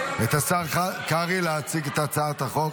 השר קרעי להציג את הצעת החוק.